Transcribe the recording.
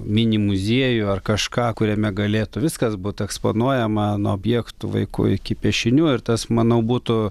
mini muziejų ar kažką kuriame galėtų viskas būtų eksponuojama nuo objektų vaikų iki piešinių ir tas manau būtų